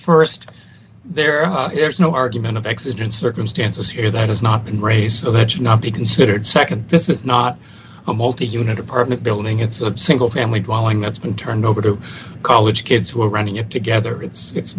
points st there is no argument of exigent circumstances here that has not been raised so that should not be considered nd this is not a multi unit apartment building it's a single family dwelling that's been turned over to college kids who are running it together it's